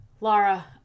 Laura